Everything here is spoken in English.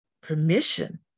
permission